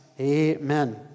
Amen